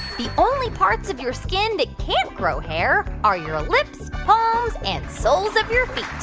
the only parts of your skin that can't grow hair are your lips, palms and soles of your feet?